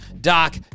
Doc